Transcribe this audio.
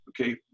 Okay